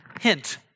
Hint